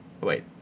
Wait